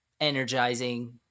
energizing